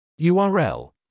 URL